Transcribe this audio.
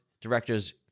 directors